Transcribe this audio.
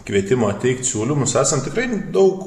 kvietimą teikt siūlymus esam tikrai daug